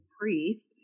priest